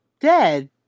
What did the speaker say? dead